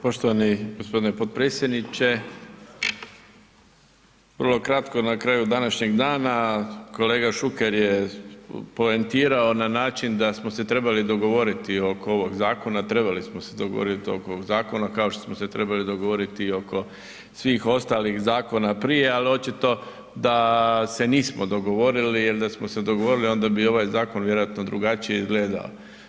Poštovani gospodine potpredsjedniče, vrlo kratko na kraju današnjeg dana, kolega Šuker je poentirao na način da smo se trebali dogovoriti oko ovog zakona, trebali smo se dogovoriti oko zakona kao što smo se trebali dogovoriti i oko svih ostalih zakon prije, ali očito da se nismo dogovorili jer da smo se dogovorili onda bi ovaj zakon vjerojatno drugačije izgledao.